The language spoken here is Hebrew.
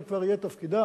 זה כבר יהיה תפקידה